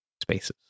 spaces